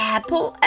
,Apple